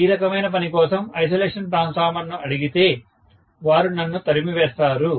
ఈ రకమైన పని కోసం ఐసోలేషన్ ట్రాన్స్ఫార్మర్ను అడిగితే వారు నన్ను తరిమివేస్తారు